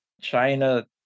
china